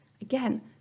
Again